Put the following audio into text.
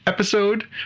episode